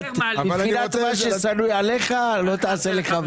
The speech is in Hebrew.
לא, זה היה פתיח, זה היה רקע לדיון.